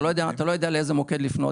אתה לא יודע לאיזה מוקד לפנות,